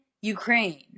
Ukraine